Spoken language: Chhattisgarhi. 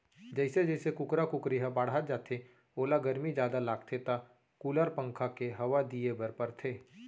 जइसे जइसे कुकरा कुकरी ह बाढ़त जाथे ओला गरमी जादा लागथे त कूलर, पंखा के हवा दिये बर परथे